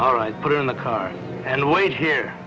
all right put it in the car and wait here